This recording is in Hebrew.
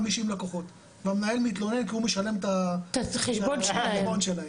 לקוחות והמנהל מתלונן כי הוא משלם את החשבון שלהם,